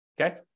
okay